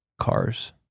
cars